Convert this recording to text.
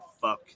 fuck